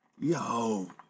Yo